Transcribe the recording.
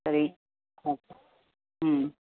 சரி ஆ ம்